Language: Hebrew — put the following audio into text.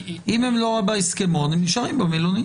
אם הם לא בהסכמון הם נשארים במלונית.